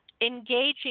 engaging